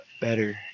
better